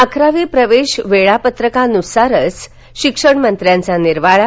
अकरावी प्रवेश वेळापत्रकानुसारच शिक्षणमंत्र्यांचा निर्वाळा